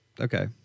okay